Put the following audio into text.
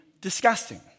disgusting